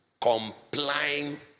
complying